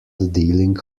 dealing